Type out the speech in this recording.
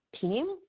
team